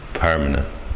permanent